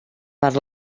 per